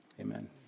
amen